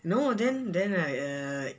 no then then like then like